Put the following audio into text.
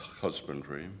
husbandry